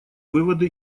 выводы